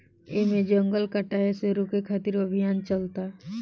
एमे जंगल कटाये से रोके खातिर अभियान चलता